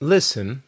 Listen